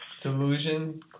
delusion